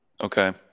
Okay